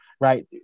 right